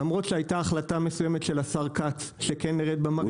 למרות שהייתה החלטה מסוימת של השר כץ שכן נרד במרינות.